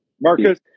Marcus